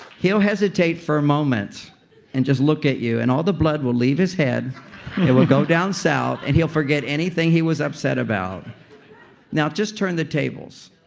he'll hesitate for and just look at you. and all the blood will leave his head and will go down south and he'll forget anything he was upset about now just turn the tables